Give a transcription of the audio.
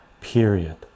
period